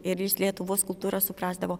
ir jis lietuvos kultūrą suprasdavo